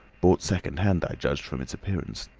bought second-hand, i judged, from its appearance.